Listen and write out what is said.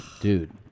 dude